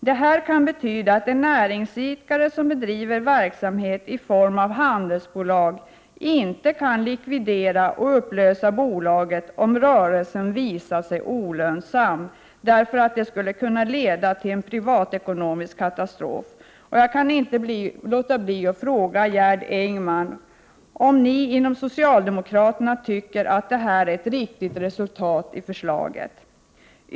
Det här kan betyda att näringsidkare som bedriver verksamhet i form a handelsbolag inte kan likvidera och upplösa bolaget om rörelsen visar sig olönsam därför att det skulle kunna leda till en privatekonomisk katastrof] Jag kan inte låta bli att fråga Gerd Engman om socialdemokraterna tycker at det är ett riktigt resultat av förslaget.